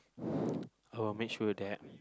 I will make sure that